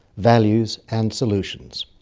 values and solutions.